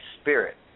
spirit